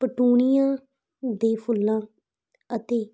ਪਟੂਨੀਆਂ ਦੇ ਫੁੱਲਾਂ ਅਤੇ